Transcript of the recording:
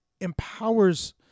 empowers